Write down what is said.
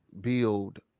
build